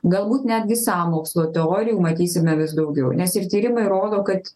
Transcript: galbūt netgi sąmokslo teorijų matysime vis daugiau nes ir tyrimai rodo kad